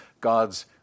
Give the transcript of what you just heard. God's